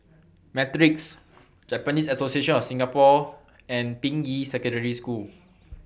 Matrix Japanese Association of Singapore and Ping Yi Secondary School